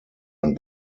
ein